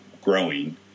growing